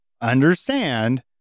understand